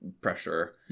pressure